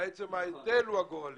עצם ההיטל הוא הגורלי.